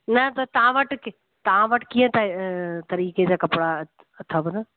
न त तव्हां वटि की तव्हां वटि कीअं तए तरीक़े जा कपिड़ा अथव न